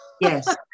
Yes